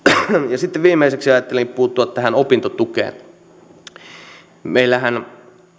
ja sitten viimeiseksi ajattelin puuttua tähän opintotukeen